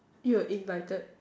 you are invited